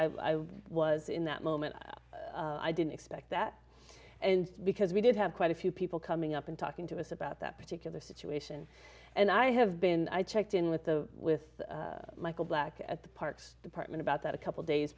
i was in that moment i didn't expect that and because we did have quite a few people coming up and talking to us about that particular situation and i have been i checked in with the with michael black at the parks department about that a couple days